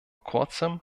kurzem